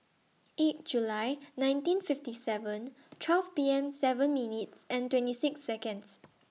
eight July nineteen fifty seven twelve P M seven minutes and twenty six Seconds